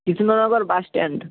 Krishnanagar bus stand